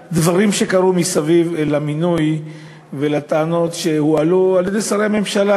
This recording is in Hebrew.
להתייחס לדברים שקרו סביב המינוי ולטענות שהועלו על-ידי שרי הממשלה.